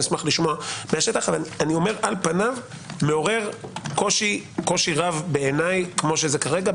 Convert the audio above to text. על פניו מעורר קושי רב בעיניי כמו שזה כרגע,